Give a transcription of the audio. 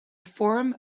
form